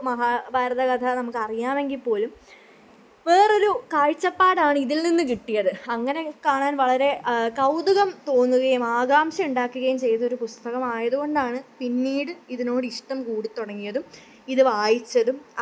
മഹാ ഭാരത കഥ നമുക്കറിയാമെങ്കിൽ പോലും വേറൊര് കാഴ്ച്ചപ്പാടാണിതിൽ നിന്ന് കിട്ടിയത് അങ്ങനെ കാണാൻ വളരെ കൗതുകം തോന്നുകയും ആകാംഷ ഉണ്ടാക്കുകയും ചെയ്തൊരു പുസ്തകമായത് കൊണ്ടാണ് പിന്നീട് ഇതിനോട് ഇഷ്ടം കൂടിത്തുടങ്ങിയതും ഇത് വായിച്ചതും